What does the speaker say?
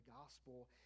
gospel